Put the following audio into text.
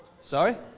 Sorry